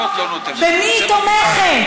במי היא תומכת?